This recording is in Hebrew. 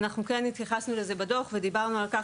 אנחנו כן התייחסנו לזה בדוח ודיברנו על כך